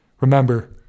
Remember